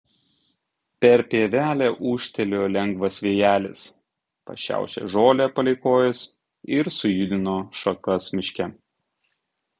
per pievelę ūžtelėjo lengvas vėjelis pašiaušė žolę palei kojas ir sujudino šakas miške